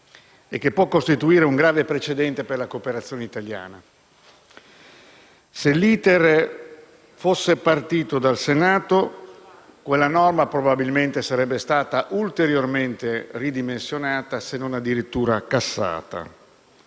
e che può costituire un grave precedente per la cooperazione italiana. Se l'*iter* legislativo fosse partito dal Senato, quella norma probabilmente sarebbe stata ulteriormente ridimensionata, se non addirittura cassata.